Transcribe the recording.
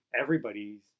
Everybody's